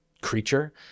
creature